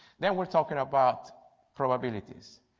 then we are talking about probabilities.